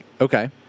okay